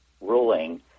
ruling